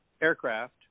aircraft